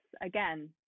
again